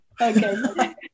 okay